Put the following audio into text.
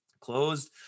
closed